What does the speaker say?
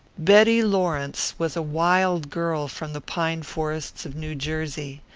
betty lawrence was a wild girl from the pine-forests of new jersey.